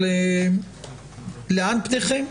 לאן פניכם?